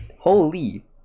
Holy